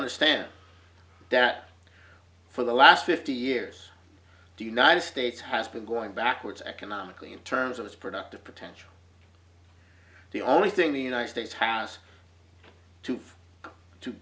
understand that for the last fifty years do you nine states has been going backwards economically in terms of its productive potential the only thing the united states has two to